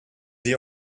die